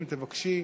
אם תבקשי,